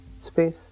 space